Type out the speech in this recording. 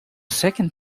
second